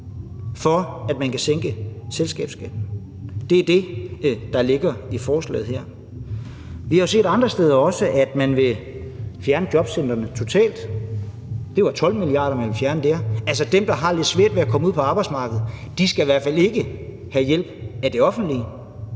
for at man kan sænke selskabsskatten. Det er det, der ligger i forslaget her. Vi har jo set andre steder, at man også vil fjerne jobcentrene totalt. Det var 12 mia. kr., man ville fjerne der; altså så dem, der har lidt svært ved at komme ud på arbejdsmarkedet, skal i hvert fald ikke have hjælp af det offentlige.